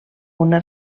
una